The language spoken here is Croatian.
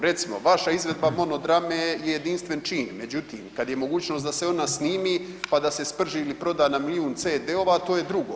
Recimo vaša izvedba monodrame je jedinstven čin, međutim kad je mogućnost da se ona snimi pa da se sprži ili proda na milijun CD-ova to je drugo.